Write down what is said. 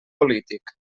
polític